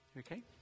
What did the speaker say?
Okay